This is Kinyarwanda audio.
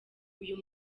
uyu